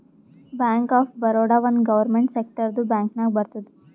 bank of Baroda ಒಂದ್ government ಸೆಕ್ಟರ್ದು bank ನಾಗ್ ಬರ್ತುದ್